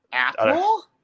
apple